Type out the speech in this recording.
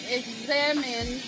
examine